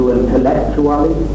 intellectually